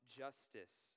justice